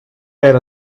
add